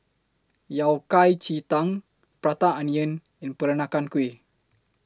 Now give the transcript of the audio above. Yao Cai Ji Tang Prata Onion and Peranakan Kueh